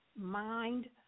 mind